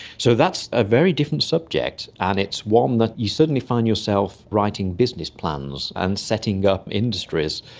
so that's a very different subject, and it's one that you suddenly find yourself writing business plans and setting up industries.